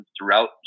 throughout